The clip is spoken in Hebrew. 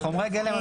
הוא